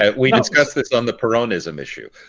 and we discussed this on the peronism issue.